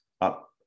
up